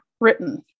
written